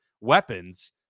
weapons